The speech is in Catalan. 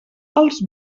als